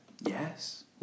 yes